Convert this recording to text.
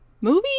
Movie